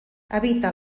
habita